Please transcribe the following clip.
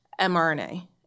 mRNA